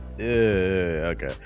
Okay